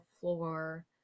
floor